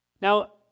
Now